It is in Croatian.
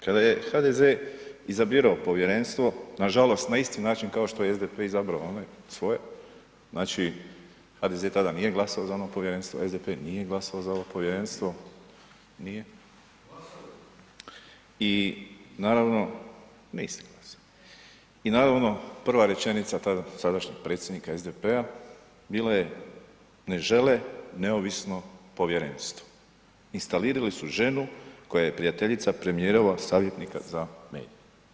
Kada je HDZ izabirao povjerenstvo, na žalost na isti način kao što je SDP izabrao onaj svoj, znači HDZ tada nije glasovao za ono povjerenstvo, SDP nije glasovao za ovo povjerenstvo, nije [[Upadica iz klupe: Glasao je]] i naravno, niste glasali, naravno i prva rečenica sadašnjeg predsjednika SDP-a bila je ne žele neovisno povjerenstvo, instalirali su ženu koja je prijateljica premijerovog savjetnika za medije.